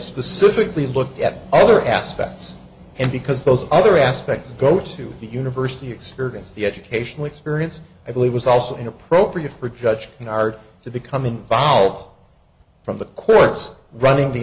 specifically looked at other aspects and because those other aspects go to the university experience the educational experience i believe was also inappropriate for a judge in art to become involved from the courts running the